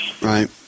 Right